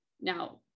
now